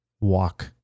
walk